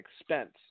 expense